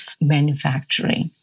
manufacturing